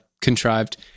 contrived